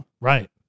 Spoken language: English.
Right